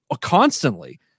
constantly